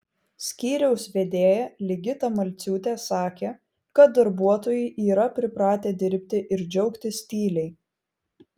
skyriaus vedėja ligita malciūtė sakė kad darbuotojai yra pripratę dirbti ir džiaugtis tyliai